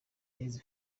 n’izi